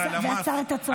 ועצר את הצעות החוק.